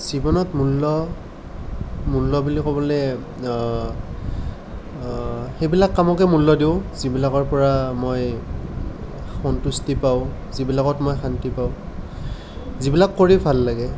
জীৱনত মূল্য মূল্য বুলি ক'বলৈ সেইবিলাক কামকে মূল্য দিওঁ যিবিলাকৰ পৰা মই সন্তুষ্টি পাওঁ যিবিলাকত মই শান্তি পাওঁ যিবিলাক কৰি ভাল লাগে